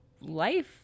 life